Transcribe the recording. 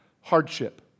hardship